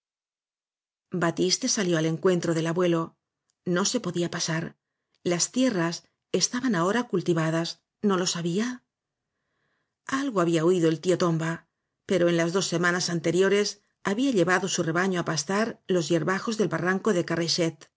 batiste salió al encuentro del abuelo no se podía pasar las tierras estaban ahora cultiva das no lo sabía algo había oído el tío tomba pero en las dos semanas anteriores había llevado su rebaño á pastarlos hierbajos del barranco de